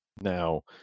Now